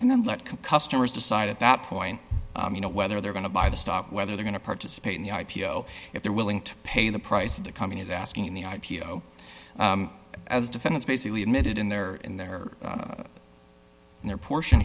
and then let customers decide at that point you know whether they're going to buy the stock whether they're going to participate in the i p o if they're willing to pay the price of the company is asking in the i p o as defendants basically admitted in their in their in their portion